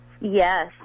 Yes